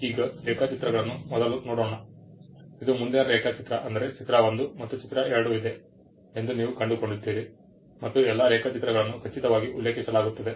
ಈಗ ರೇಖಾಚಿತ್ರಗಳನ್ನು ಮೊದಲು ನೋಡೋಣ ಇದು ಮುಂದಿನ ರೇಖಾಚಿತ್ರ ಅಂದರೆ ಚಿತ್ರ1 ಮತ್ತು ಚಿತ್ರ 2 ಇದೆ ಎಂದು ನೀವು ಕಂಡುಕೊಂಡಿದ್ದೀರಿ ಮತ್ತು ಎಲ್ಲಾ ರೇಖಾಚಿತ್ರಗಳನ್ನು ಖಚಿತವಾಗಿ ಉಲ್ಲೇಖಿಸಲಾಗುತ್ತದೆ